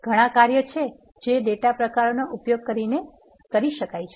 ઘણા કાર્ય છે જે ડેટા પ્રકારોનો ઉપયોગ કરીને કરી શકાય છે